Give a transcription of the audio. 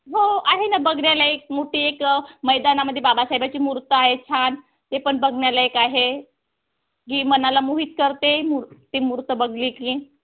हो आहे ना बघण्यालायक मोठी एक मैदानामध्ये बाबासाहेबाची मूर्ती आहे छान ते पण बघण्यालायक आहे की मनाला मोहित करते मूर् ते मूर्ती बघली की